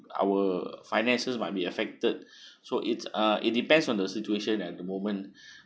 our finances might be affected so it's uh it depends on the situation at the moment